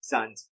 Sons